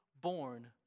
born